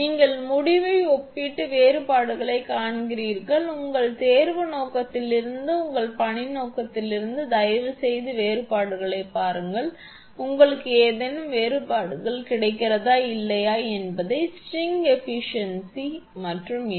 நீங்கள் முடிவை ஒப்பிட்டு வேறுபாடுகளைக் காண்கிறீர்கள் உங்கள் தேர்வு நோக்கத்திலிருந்து உங்கள் பணி நோக்கத்திலிருந்து தயவுசெய்து வேறுபாடுகளைப் பாருங்கள் உங்களுக்கு ஏதேனும் வேறுபாடுகள் கிடைக்கிறதா இல்லையா என்பதை ஸ்ட்ரிங் ஏபிசியன்சி மற்றும் இது